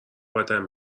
بدم